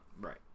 Right